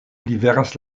liveras